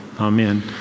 amen